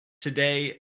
today